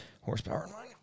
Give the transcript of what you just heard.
horsepower